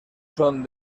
son